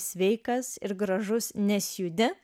sveikas ir gražus nes judi